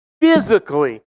physically